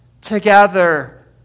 together